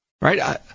Right